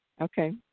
Okay